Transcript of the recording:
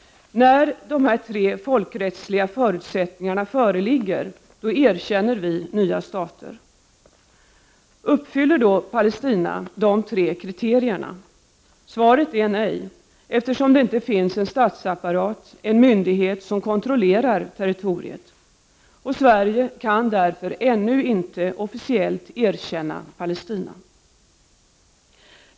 När de här tre folkrättsliga förutsättningarna föreligger, då erkänner vi nya stater. Uppfyller då Palestina de tre kriterierna? Svaret är nej, eftersom det inte finns en statsapparat, en myndighet, som kontrollerar territoriet. Sverige kan därför ännu inte officiellt erkänna Palestina.